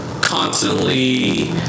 constantly